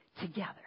together